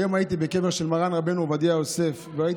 היום הייתי בקבר של מרן רבנו עובדיה יוסף וראיתי